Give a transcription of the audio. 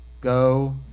Go